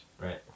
right